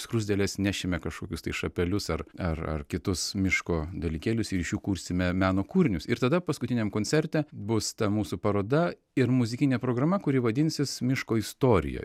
skruzdėlės nešime kažkokius tai šapelius ar ar ar kitus miško dalykėlius ir iš jų kursime meno kūrinius ir tada paskutiniam koncerte bus ta mūsų paroda ir muzikinė programa kuri vadinsis miško istorija